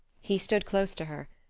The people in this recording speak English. he stood close to her,